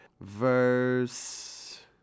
verse